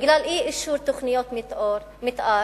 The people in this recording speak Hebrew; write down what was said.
בגלל אי-אישור תוכניות מיתאר,